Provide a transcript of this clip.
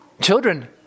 Children